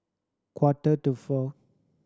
quarter to four